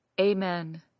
Amen